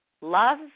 Love